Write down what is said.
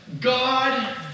God